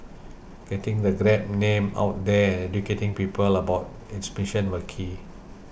getting the Grab name out there and educating people about its mission were key